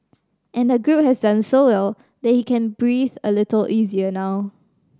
and the group has done so well that he can breathe a little easier now